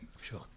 Sure